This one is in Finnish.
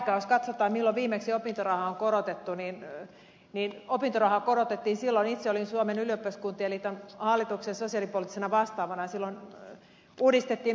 jos katsotaan milloin viimeksi opintorahaa on korotettu niin opintorahaa korotettiin silloin kun itse olin suomen ylioppilaskuntien liiton hallituksen sosiaalipoliittisena vastaavana ja silloin uudistettiin opintotukijärjestelmää